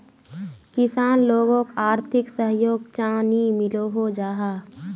किसान लोगोक आर्थिक सहयोग चाँ नी मिलोहो जाहा?